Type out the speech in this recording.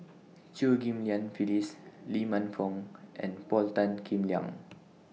Chew Ghim Lian Phyllis Lee Man Fong and Paul Tan Kim Liang